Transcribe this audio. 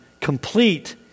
complete